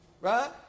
right